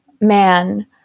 man